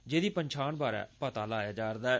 जेह्दी पन्छान बारै पता लाया जा'रदा ऐ